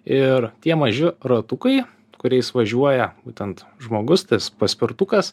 ir tie maži ratukai kuriais važiuoja būtent žmogus tas paspirtukas